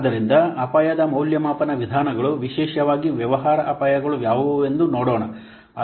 ಆದ್ದರಿಂದ ಅಪಾಯದ ಮೌಲ್ಯಮಾಪನ ವಿಧಾನಗಳು ವಿಶೇಷವಾಗಿ ವ್ಯವಹಾರ ಅಪಾಯಗಳು ಯಾವುವು ಎಂದು ನೋಡೋಣ